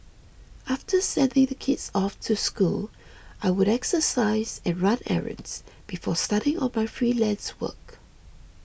after sending the kids off to school I would exercise and run errands before starting on my freelance work